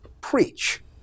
preach